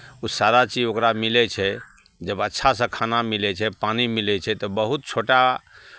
ओ सारा चीज ओकरा मिलै छै जब अच्छासँ खाना मिलै छै पानी मिलै छै तऽ बहुत छोटा